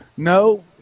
No